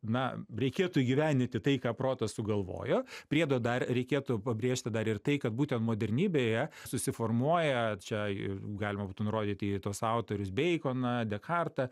na reikėtų įgyvendinti tai ką protas sugalvojo priedo dar reikėtų pabrėžti dar ir tai kad būtent modernybėje susiformuoja čia galima būtų nurodyti į tuos autorius beikoną dekartą